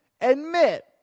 admit